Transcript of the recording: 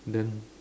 then